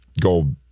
go